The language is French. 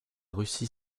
russie